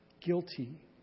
Guilty